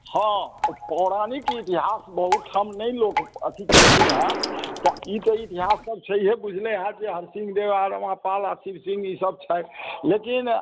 हॅं पौराणिक इतिहास बहुत ठाम नहि लोक अथी केलखिन हैं तऽ ई तऽ इतिहास छैहे बुझले होयत जे हरसिंह देव रमापाल शिव सिंह सभ छै लेकिन